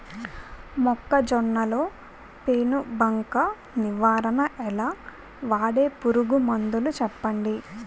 మొక్కజొన్న లో పెను బంక నివారణ ఎలా? వాడే పురుగు మందులు చెప్పండి?